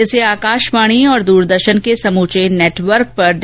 इसे आकाशवाणी और दूरदर्शन के पूरे नेटवर्क पर और